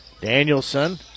Danielson